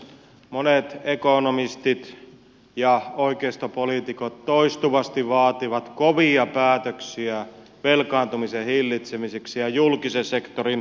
monet ekonomistit ja oikeistopoliitikot toistuvasti vaativat kovia päätöksiä velkaantumisen hillitsemiseksi ja julkisen sektorin karsimiseksi